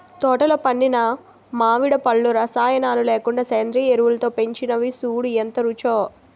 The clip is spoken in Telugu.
తోటలో పండిన మావిడి పళ్ళు రసాయనాలు లేకుండా సేంద్రియ ఎరువులతో పెంచినవి సూడూ ఎంత రుచో